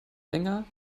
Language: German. länger